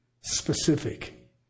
specific